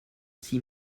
six